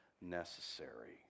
necessary